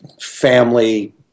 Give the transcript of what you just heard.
family